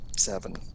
seven